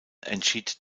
entschied